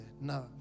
No